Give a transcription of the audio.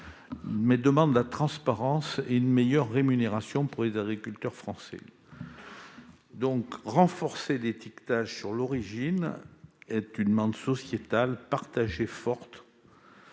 ils demandent de la transparence et une meilleure rémunération pour les agriculteurs français. Renforcer l'étiquetage sur l'origine est une demande sociétale forte